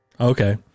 Okay